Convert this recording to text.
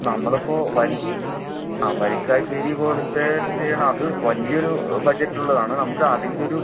നമ്മളിപ്പോൾ വരി ആ വരിക്കാശ്ശേരി പോലത്തെ ചെയ്യണം അത് വലിയൊരു ബഡ്ജറ്റിലുള്ളതാണ് നമുക്ക് അതിൻ്റെ ഒരു